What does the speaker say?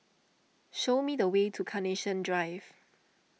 show me the way to Carnation Drive